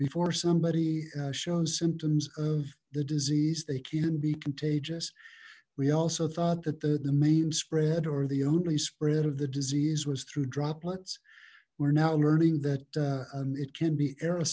before somebody shows symptoms of the disease they can be contagious we also thought that the the main spread or the only spread of the disease was through droplets we're now learning that it can be aer